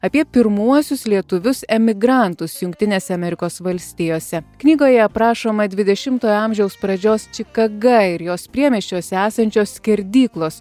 apie pirmuosius lietuvius emigrantus jungtinės amerikos valstijose knygoje aprašoma dvidešimtojo amžiaus pradžios čikaga ir jos priemiesčiuose esančios skerdyklos